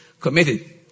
Committed